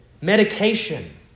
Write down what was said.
medication